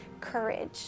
courage